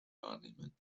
wahrnehmen